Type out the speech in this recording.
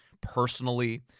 personally